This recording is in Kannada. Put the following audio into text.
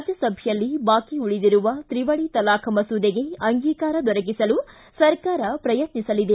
ರಾಜ್ಯಸಭೆಯಲ್ಲಿ ಬಾಃ ಉಳಿದಿರುವ ತ್ರಿವಳಿ ತಲಾಖ್ ಮಸೂದೆಗೆ ಅಂಗೀಕಾರ ದೊರಕಿಸಲು ಸರ್ಕಾರ ಪ್ರಯತ್ನಿಸಲಿದೆ